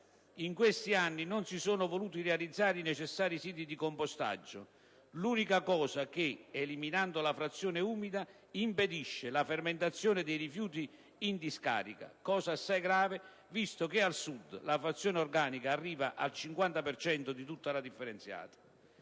In questi anni non si sono voluti realizzare i necessari siti di compostaggio, l'unico mezzo cosa che, eliminando la frazione umida, impedisce la fermentazione dei rifiuti in discarica, cosa assai grave visto che al Sud la frazione organica arriva al 50 per cento di tutta la differenziata.